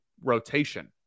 rotation